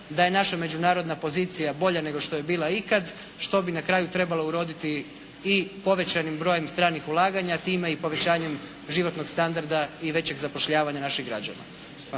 da je naša međunarodna pozicija bolja nego što je bila ikad što bi na kraju trebalo uroditi i povećanim brojem stranih ulaganja, a time i povećanjem životnog standarda i većeg zapošljavanja naših građana.